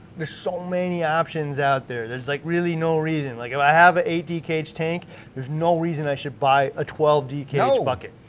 there's so many options out there. there's like really no reason like if i have an eight dkh tank there's no reason i should buy a twelve dkh bucket.